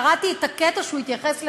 קראתי את הקטע שהוא התייחס לכך,